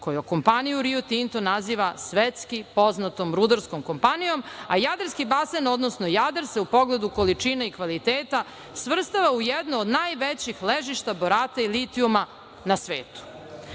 koju kompanija Rio Tinto naziva svetski poznatom rudarskom kompanijom, a Jadarski basen, odnosno Jadar se u pogledu količine i kvaliteta svrstava u jedno od najvećih ležišta borata i litijuma na